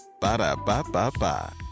Ba-da-ba-ba-ba